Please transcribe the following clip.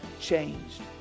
changed